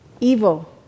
evil